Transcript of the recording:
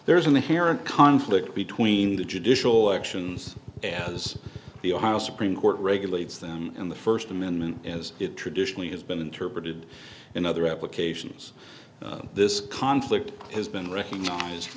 there is an inherent conflict between the judicial actions as the ohio supreme court regulates them in the first amendment as it traditionally has been interpreted in other applications this conflict has been recognized